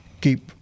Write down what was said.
keep